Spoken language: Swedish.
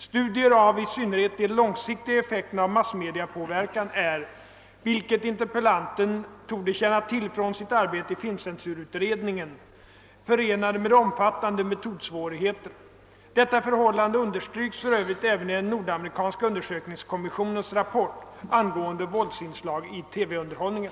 Studier av i synnerhet de långsiktiga effekterna av massmediapåverkan är, vilket interpellanten torde känna till från sitt arbete i filmcensurutredningen, förenade med omfattande metodsvårigheter. Detta förhållande understryks för övrigt även i den nordamerikanska undersökningskommissionens rapport angående våldsinslag i TV-underhållningen.